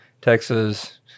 Texas